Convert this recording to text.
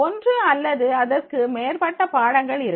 ஒன்று அல்லது அதற்கு மேற்பட்ட பாடங்கள் இருக்கும்